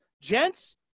Gents